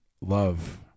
love